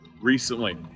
recently